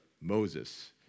Moses